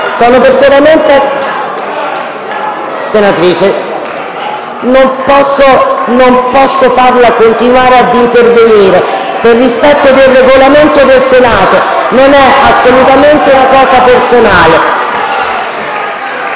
permetterle di continuare ad intervenire per rispetto del Regolamento del Senato, non è assolutamente una cosa personale.